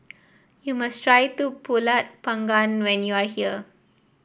you must try pulut panggang when you are here